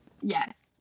Yes